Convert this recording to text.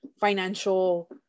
financial